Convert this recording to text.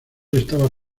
estaba